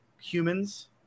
humans